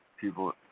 People